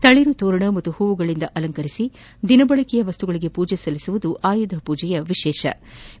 ತಳಿರು ತೋರಣ ಹಾಗೂ ಹೂವುಗಳಿಂದ ಅಲಂಕರಿಸಿ ದಿನಬಳಕೆಯ ವಸ್ತುಗಳಿಗೆ ಮೂಜೆ ಸಲ್ಲಿಸುವುದು ಆಯುಧ ಮೂಜೆಯ ವಿಶೇಷವಾಗಿದೆ